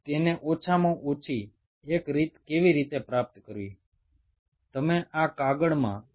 এর অন্যতম উপায় হলো যা বিভিন্ন পেপারগুলোতে দেওয়া রয়েছে আমি তোমাদেরকে পড়বার জন্য এই পেপারগুলো দিয়ে দেব